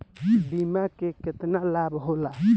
बीमा के केतना लाभ होला?